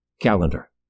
Calendar